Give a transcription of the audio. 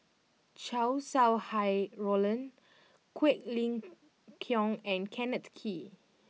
Chow Sau Hai Roland Quek Ling Kiong and Kenneth Kee